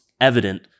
evident